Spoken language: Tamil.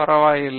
பரவாயில்லை